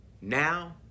now